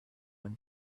him